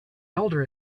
elder